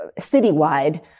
citywide